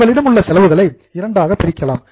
உங்களிடமுள்ள செலவுகளை இரண்டாக பிரிக்கலாம்